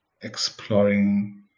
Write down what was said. exploring